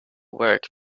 work